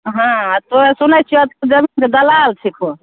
हँ आओर तैं सुनय छियौ तू जमीनके दलाल छिकहो